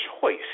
choice